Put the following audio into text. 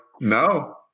no